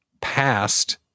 past